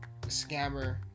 scammer